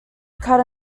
cut